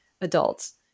adults